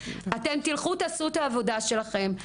אתם תלכו תעשו את העבודה שלכם,